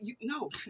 No